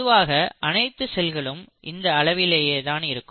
பொதுவாக அனைத்து செல்களும் அந்த அளவிலேயே தான் இருக்கும்